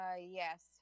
Yes